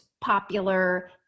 popular